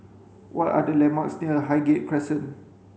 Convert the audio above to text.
what are the landmarks near Highgate Crescent